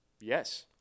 Yes